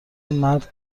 مرد